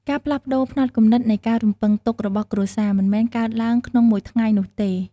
ការផ្លាស់ប្តូរផ្នត់គំនិតនៃការរំពឹងទុករបស់គ្រួសារ មិនមែនកើតឡើងក្នុងមួយថ្ងៃនោះទេ។